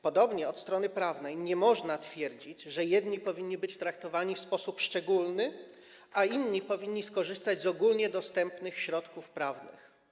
Podobnie od strony prawnej nie można twierdzić, że jedni powinni być traktowani w sposób szczególny, a inni powinni korzystać z ogólnie dostępnych środków prawnych.